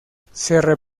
dicha